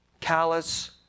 callous